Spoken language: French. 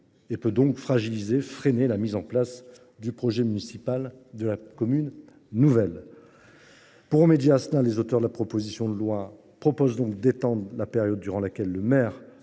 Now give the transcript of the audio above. qui peut fragiliser et freiner la mise en place du projet municipal de la commune nouvelle. Pour remédier à cela, les auteurs de la présente proposition de loi prévoient d’étendre la période durant laquelle le maire